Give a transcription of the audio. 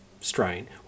strain